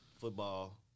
football